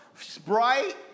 Sprite